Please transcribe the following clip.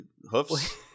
Hoofs